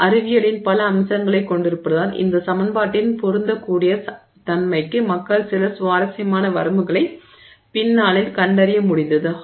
ஆனால் அறிவியலின் பல அம்சங்களைக் கொண்டிருப்பதால் இந்த சமன்பாட்டின் பொருந்தக்கூடிய தன்மைக்கு மக்கள் சில சுவாரசியமான வரம்புகளைப் பின்னாளில் கண்டறிய முடிந்தது